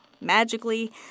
magically